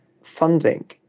funding